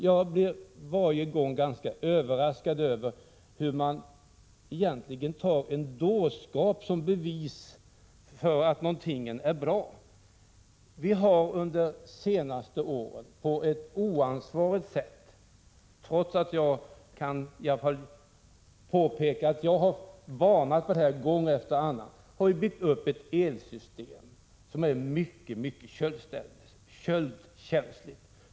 Jag blir varje gång ganska överraskad över hur man egentligen tar en dårskap som bevis för att något är bra. Vi har under de senaste åren på ett oansvarigt sätt, trots att jag har varnat för detta gång efter annan, byggt upp ett elsystem som är mycket köldkänsligt.